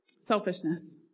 Selfishness